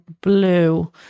blue